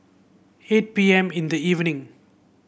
eight P M in the evening